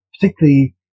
particularly